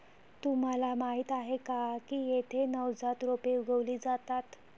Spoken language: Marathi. तुम्हाला माहीत आहे का की येथे नवजात रोपे उगवली जातात